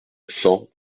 cent